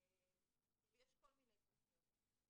יש כל מיני תוכניות.